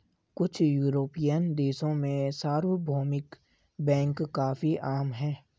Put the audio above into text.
कुछ युरोपियन देशों में सार्वभौमिक बैंक काफी आम हैं